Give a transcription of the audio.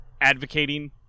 advocating